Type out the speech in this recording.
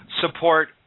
support